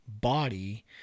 body